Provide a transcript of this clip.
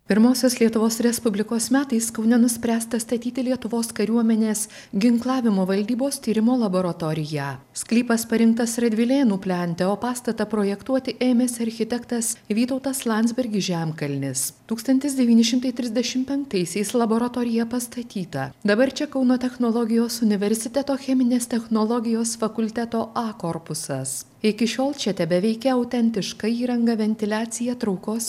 pirmosios lietuvos respublikos metais kaune nuspręsta statyti lietuvos kariuomenės ginklavimo valdybos tyrimo laboratoriją sklypas parinktas radvilėnų plente o pastatą projektuoti ėmėsi architektas vytautas landsbergis žemkalnis tūkstantis devyni šimtai trisdešim penktaisiais laboratorija pastatyta dabar čia kauno technologijos universiteto cheminės technologijos fakulteto a korpusas iki šiol čia tebeveikia autentiška įranga ventiliacija traukos